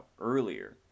earlier